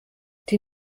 die